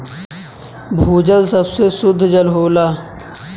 भूजल सबसे सुद्ध जल होला